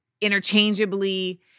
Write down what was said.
interchangeably